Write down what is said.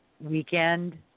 weekend